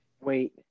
Wait